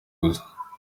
gusa